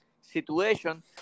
situation